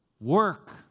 work